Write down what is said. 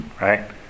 Right